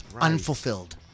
unfulfilled